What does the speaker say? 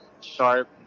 Sharp